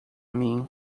mim